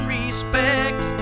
respect